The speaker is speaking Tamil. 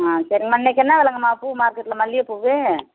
ஆ சரிம்மா இன்னைக்கு என்ன விலைங்கம்மா பூ மார்க்கெட்டில் மல்லிகைப் பூ